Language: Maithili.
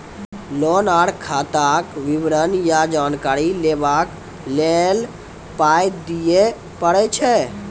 लोन आर खाताक विवरण या जानकारी लेबाक लेल पाय दिये पड़ै छै?